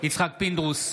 יצחק פינדרוס,